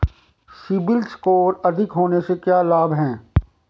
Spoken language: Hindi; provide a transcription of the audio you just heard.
सीबिल स्कोर अधिक होने से क्या लाभ हैं?